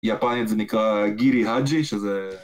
ביפנית זה נקרא "גילי האג'י" שזה...